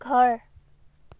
ঘৰ